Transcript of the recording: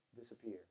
disappear